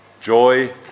joy